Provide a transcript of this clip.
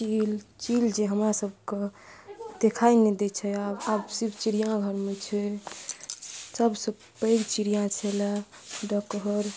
चील चील जे हमरा सबके देखाइ नहि दै छै आब आब सिर्फ चिड़ियाघरमे छै सब सऽ पैघ चिड़िआ छलए डकहर